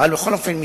בכל אופן,